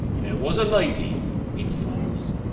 there was a lady in france